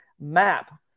map